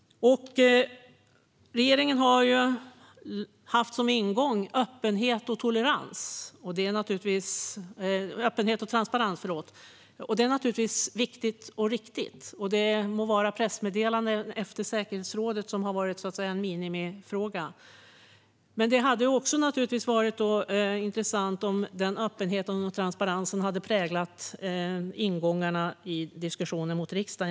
Regeringen har haft öppenhet och transparens som ingång. Det är naturligtvis viktigt och riktigt. Det må ges ut pressmeddelanden efter möten i säkerhetsrådet, vilket har varit ett minimum, men det hade varit intressant om den öppenheten och transparensen hade präglat ingångarna till diskussionerna med riksdagen.